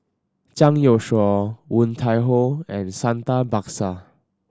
Zhang Youshuo Woon Tai Ho and Santha Bhaskar